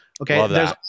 Okay